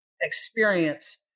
experience